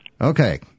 Okay